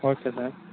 okay sir